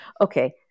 Okay